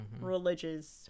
religious